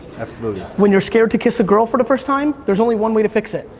absolutely. when you're scared to kiss a girl for the first time, there's only one way to fix it,